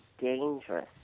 dangerous